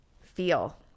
feel